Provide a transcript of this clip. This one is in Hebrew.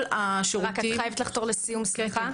כל השירותים -- את חייבת לחתור לסיום, סליחה.